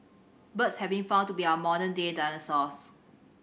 birds have been found to be our modern day dinosaurs